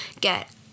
get